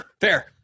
Fair